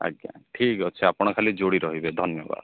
ଆଜ୍ଞା ଠିକ୍ ଅଛି ଆପଣ ଖାଲି ଯୋଡ଼ି ରହିବେ ଧନ୍ୟବାଦ